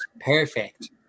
perfect